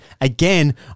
again